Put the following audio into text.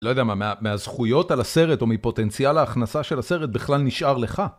לא יודע מה, מהזכויות על הסרט או מפוטנציאל ההכנסה של הסרט בכלל נשאר לך.